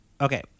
Okay